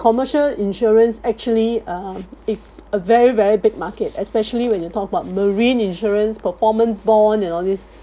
commercial insurance actually uh it's a very very big market especially when you talk about marine insurance performance bond and all these